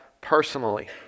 personally